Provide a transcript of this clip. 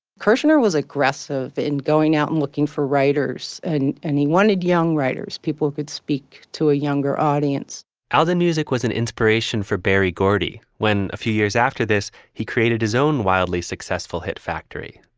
kerschner was aggressive in going out and looking for writers, and and he wanted young writers. people could speak to a younger audience alden music was an inspiration for berry gordy when, a few years after this, he created his own wildly successful hit factory,